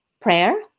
prayer